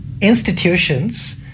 institutions